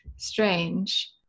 strange